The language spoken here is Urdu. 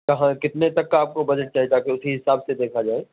ہاں کتنے تک کا آپ کو بجٹ چاہیے تاکہ اسی حساب سے دیکھا جائے